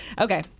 Okay